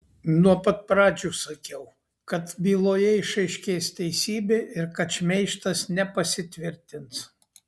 nuo pat pradžių sakiau kad byloje išaiškės teisybė ir kad šmeižtas nepasitvirtins